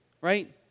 right